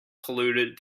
polluted